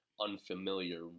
unfamiliar